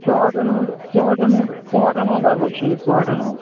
ژُہٲٹھَن ہُنٛد ژُہٲٹھَن ہُنٛد ژُہٲٹھَن ہُنٛد ہَسا چھُ یہِ ژُہٲٹھَن ہُنٛد